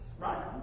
Right